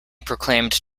proclaimed